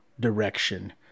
Direction